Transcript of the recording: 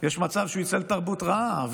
יש מצב שהוא יצא לתרבות רעה,